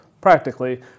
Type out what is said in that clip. practically